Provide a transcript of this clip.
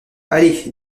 allez